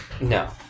No